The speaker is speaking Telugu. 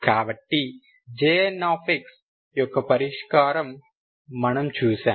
కాబట్టి Jnx యొక్క ఒక పరిష్కారం మనము చూశాము